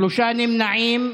שלושה נמנעים.